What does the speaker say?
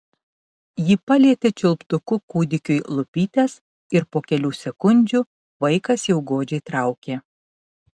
ji palietė čiulptuku kūdikiui lūpytes ir po kelių sekundžių vaikas jau godžiai traukė